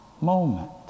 moment